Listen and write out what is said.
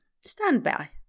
standby